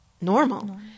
normal